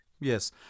Yes